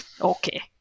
Okay